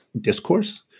discourse